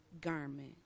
garment